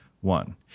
one